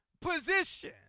position